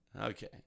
Okay